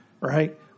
Right